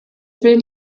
will